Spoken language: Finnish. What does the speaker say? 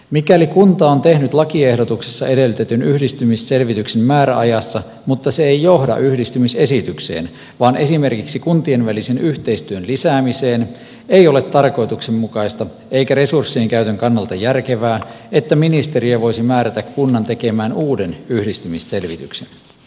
mikäli kunta on tehnyt lakiehdotuksessa edellytetyn yhdistymisselvityksen määräajassa mutta se ei johda yhdistymisesitykseen vaan esimerkiksi kuntien välisen yhteistyön lisäämiseen ei ole tarkoituksenmukaista eikä resurssien käytön kannalta järkevää että ministeriö voisi määrätä kunnan tekemään uuden yhdistymisselvityksen